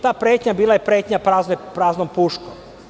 Ta pretnja bila je pretnja praznom puškom.